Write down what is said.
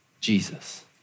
Jesus